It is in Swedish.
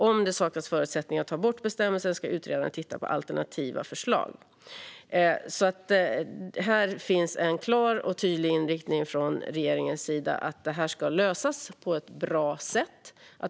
Om det saknas förutsättningar för att ta bort bestämmelsen ska utredaren titta på alternativa förslag. Här finns alltså en klar och tydlig inriktning från regeringens sida. Detta ska lösas på ett bra sätt.